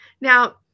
Now